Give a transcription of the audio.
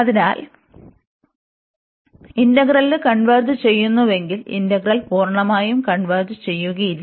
അതിനാൽ integral converge ചെയ്യുന്നുവെങ്കിൽ integral പൂർണ്ണമായും കൺവെർജ് ചെയ്യുകയില്ല